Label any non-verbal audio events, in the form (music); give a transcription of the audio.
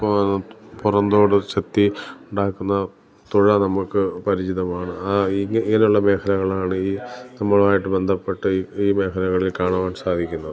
പോ പുറംതോട് ചെത്തി ഉണ്ടാക്കുന്ന തുഴ നമുക്ക് പരിചിതമാണ് ആ ഇങ്ങി ഇങ്ങനെ ഉള്ള മേഖലകളാണ് ഈ (unintelligible) ബന്ധപ്പെട്ട് ഈ മേഖലകളിൽ കാണുവാൻ സാധിക്കുന്നത്